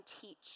teach